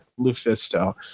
Lufisto